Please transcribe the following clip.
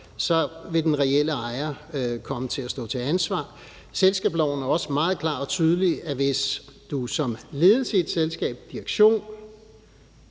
vil den reelle ejer komme til at stå til ansvar. Selskabsloven er også meget klar og tydelig, i forhold til at hvis du som ledelse, direktion